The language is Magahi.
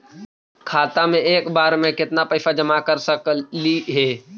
खाता मे एक बार मे केत्ना पैसा जमा कर सकली हे?